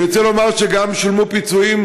ואני רוצה לומר שגם שולמו פיצויים